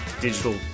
digital